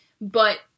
but-